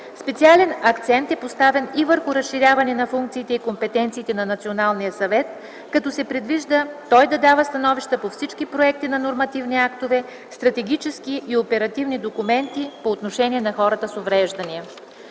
Специален акцент е поставен и върху разширяване на функциите и компетенциите на Националния съвет, като се предвижда той да дава становища по всички проекти на нормативни актове, стратегически и оперативни документи по отношение на хората с увреждания.